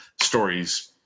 stories